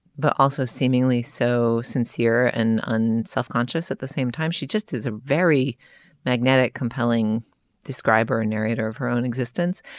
but also seemingly so sincere and unselfconscious at the same time she just is a very magnetic compelling describe her narrator of her own existence.